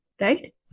right